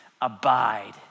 abide